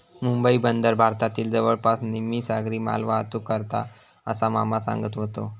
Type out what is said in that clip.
मुंबई बंदर भारतातली जवळपास निम्मी सागरी मालवाहतूक करता, असा मामा सांगत व्हतो